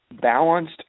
balanced